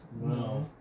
No